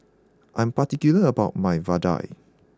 I'm particular about my Vadai